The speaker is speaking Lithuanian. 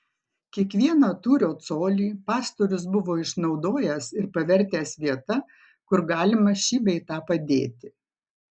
kiekvieną tūrio colį pastorius buvo išnaudojęs ir pavertęs vieta kur galima šį bei tą padėti